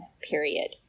period